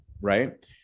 right